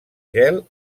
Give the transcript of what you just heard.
gel